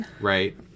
Right